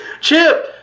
Chip